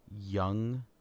young